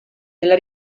nella